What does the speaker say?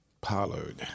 Pollard